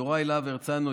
יוראי להב הרצנו,